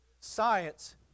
Science